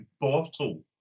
bottle